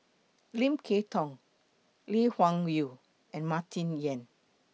Lim Kay Tong Lee Wung Yew and Martin Yan